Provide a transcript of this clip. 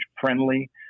friendly